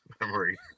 memory